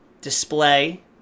display